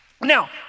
Now